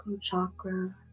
chakra